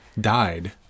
died